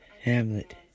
Hamlet